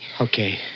Okay